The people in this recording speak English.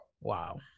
Wow